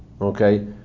Okay